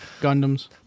gundams